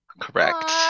Correct